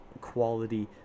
quality